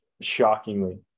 shockingly